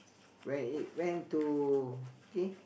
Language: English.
where it went to okay